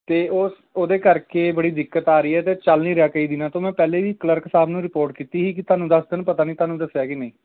ਅਤੇ ਉਹ ਉਹਦੇ ਕਰਕੇ ਬੜੀ ਦਿੱਕਤ ਆ ਰਹੀ ਹੈ ਅਤੇ ਚੱਲ ਨਹੀਂ ਰਿਹਾ ਕਈ ਦਿਨਾਂ ਤੋਂ ਮੈਂ ਪਹਿਲੇ ਵੀ ਕਲਰਕ ਸਾਹਿਬ ਨੂੰ ਰਿਪੋਰਟ ਕੀਤੀ ਸੀ ਕਿ ਤੁਹਾਨੂੰ ਦੱਸ ਦੇਣ ਪਤਾ ਨਹੀਂ ਤੁਹਾਨੂੰ ਦੱਸਿਆ ਕਿ ਨਹੀਂ